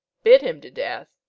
bit him to death,